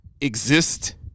exist